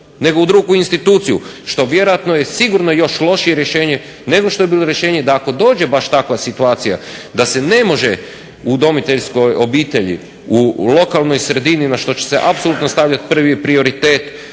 nego u drugu instituciju što vjerojatno je sigurno još lošije rješenje nego što je bilo rješenje da ako dođe baš takva situacija da se ne može u udomiteljskoj obitelji, u lokalnoj sredini na što će se apsolutno stavljat prvi prioritet